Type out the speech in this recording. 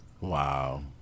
Wow